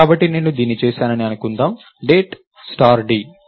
కాబట్టి నేను దీన్ని చేశానని అనుకుందాం డేట్ స్టార్ d